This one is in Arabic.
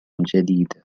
جديد